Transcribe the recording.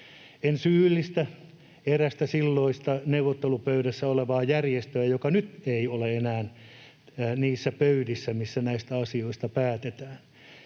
En syyllistä erästä silloista neuvottelupöydässä ollutta järjestöä, joka nyt ei ole enää niissä pöydissä, missä näistä asioista päätetään.